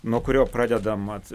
nuo kurio pradedam at